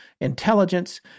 intelligence